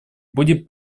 будет